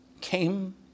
came